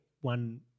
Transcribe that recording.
one